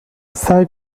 سعی